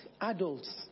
adults